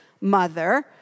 mother